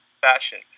fashion